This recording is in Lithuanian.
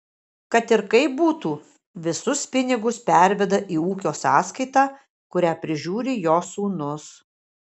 kad ir kaip būtų visus pinigus perveda į ūkio sąskaitą kurią prižiūri jo sūnus